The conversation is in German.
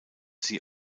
sie